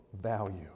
value